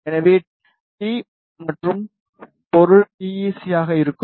எனவே டி மற்றும் பொருள் பி ஈ சி ஆக இருக்கும்